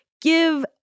give